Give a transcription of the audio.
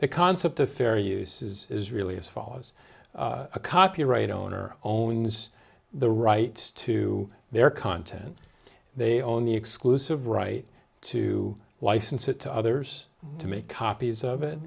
the concept of fair use is is really as follows a copyright owner owns the rights to their content they own the exclusive right to license it to others to make copies of it